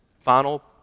Final